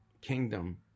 kingdom